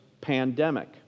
pandemic